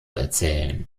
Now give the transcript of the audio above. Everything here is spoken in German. erzählen